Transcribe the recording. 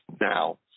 now